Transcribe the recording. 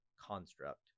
construct